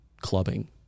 clubbing